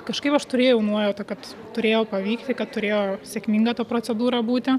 kažkaip aš turėjau nuojautą kad turėjo pavykti kad turėjo sėkminga ta procedūra būti